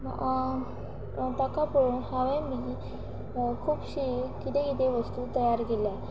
ताका पळोवन हांवें बी खुबशी कितें कितें वस्तू तयार केल्या